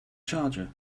charger